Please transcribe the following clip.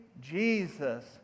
Jesus